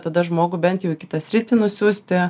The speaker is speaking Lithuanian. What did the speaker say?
tada žmogų bent jau į kitą sritį nusiųsti